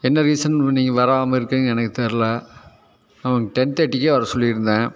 என்ன ரீசன்னு நீங்கள் வராமல் இருக்கிங்கன்னு எனக்கு தெரில நான் உன்னை டென் தேர்ட்டிக்கு வர சொல்லியிருந்தேன்